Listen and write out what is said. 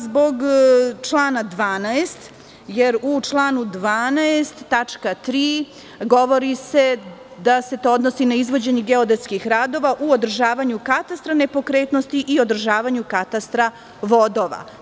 Zbog člana 12, jer se u članu 12. tačka 3. govori da se to odnosi na izvođenje geodetskih radova u održavanju katastra nepokretnosti i održavanju katastra vodova.